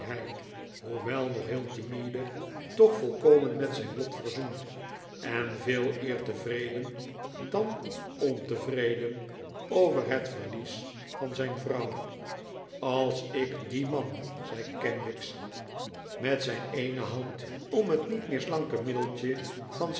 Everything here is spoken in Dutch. hoewel nog heel timide toch volkomen met zijn lot verzoend en veeleer tevreden dan ontevreden over het verlies van zijn vrouw als ik dien man zei kenwigs met zijn eene hand om het niet meer slanke middeltje van